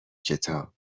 کتاب